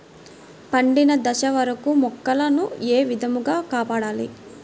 పండిన దశ వరకు మొక్కల ను ఏ విధంగా కాపాడాలి?